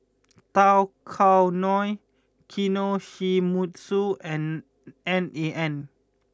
Tao Kae Noi Kinohimitsu and N A N